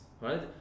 Right